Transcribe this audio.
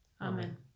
amen